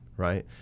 Right